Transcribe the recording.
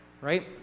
right